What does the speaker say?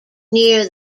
near